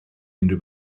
unrhyw